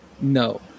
No